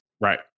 right